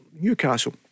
Newcastle